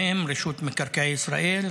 ובהם רשות מקרקעי ישראל,